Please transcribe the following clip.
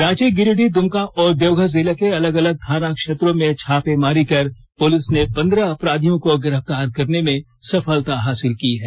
रांची गिरिडीह द्दमका और देवघर जिले के अलग अलग थाना क्षेत्रों में छापेमारी कर पुलिस ने पंद्रह अपराधियों को गिरफ़तार करने में सफलता हासिल की है